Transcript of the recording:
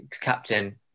captain